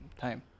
time